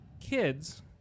kids